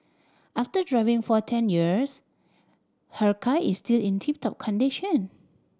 after driving for ten years her car is still in tip top condition